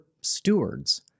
stewards